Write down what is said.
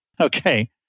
Okay